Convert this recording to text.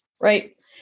Right